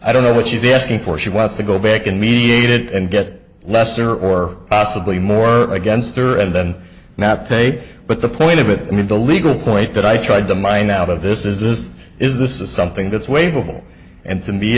i don't know what she's asking for she wants to go back and mediated and get lesser or possibly more against her and then not pay but the point of it in the legal point that i tried to mine out of this is this is this is something that's label and to be